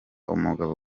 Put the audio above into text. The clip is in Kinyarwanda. umugabo